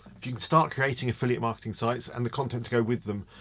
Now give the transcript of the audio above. if you can start creating affiliate marketing sites and the content to go with them,